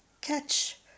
catch